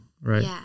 right